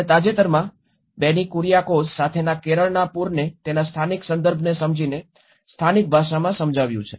અને તાજેતરમાં બેની કુરિઆકોઝ સાથેના કેરળના પૂરને તેના સ્થાનિક સંદર્ભને સમજીને સ્થાનિક ભાષામાં સમજાવ્યું છે